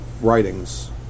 writings